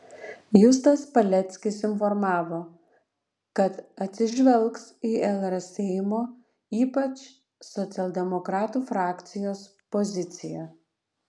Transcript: justas paleckis informavo kad atsižvelgs į lr seimo ypač socialdemokratų frakcijos poziciją